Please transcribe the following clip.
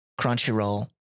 Crunchyroll